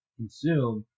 consume